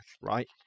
right